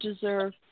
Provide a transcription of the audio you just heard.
deserve